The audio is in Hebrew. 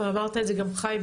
חיים תמם, אמרת את זה מאוד נכון.